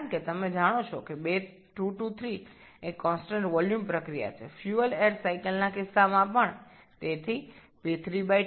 কারণ আপনি জানেন ২ ৩ একটি স্থির আয়তন প্রক্রিয়া এমনকি ফুয়েল এয়ার চক্রের ক্ষেত্রেও